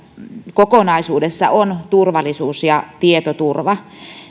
kokonaisuudessa ovat turvallisuus ja tietoturva